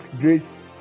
grace